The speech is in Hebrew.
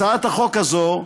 הצעת החוק הזאת,